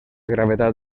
gravetat